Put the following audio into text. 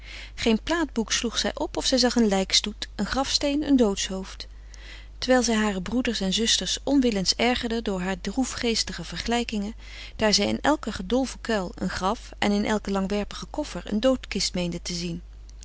onderwerpen geen plaat boek sloeg zij op of zij zag een lijkstoet een grafsteen een doodshoofd terwijl zij hare broeders en zusters onwillens ergerde door haar droefgeestige vergelijkingen daar zij in elke gedolven kuil een graf en in elke langwerpige koffer een doodkist meende te zien